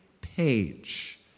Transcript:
page